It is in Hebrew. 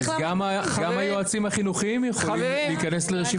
אז גם היועצים החינוכיים ירצו להיכנס לרשימה כזאת.